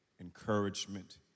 encouragement